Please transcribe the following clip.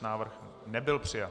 Návrh nebyl přijat.